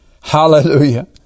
hallelujah